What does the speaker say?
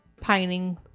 pining